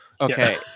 Okay